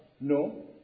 No